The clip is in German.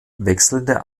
wechselnde